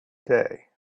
day